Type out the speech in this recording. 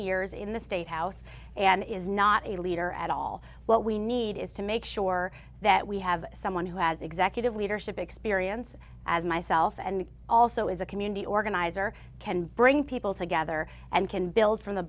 years in the state house and is not a leader at all what we need is to make sure that we have someone who has executive leadership experience as myself and also as a community organizer can bring people together and can build from the